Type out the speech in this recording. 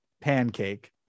pancake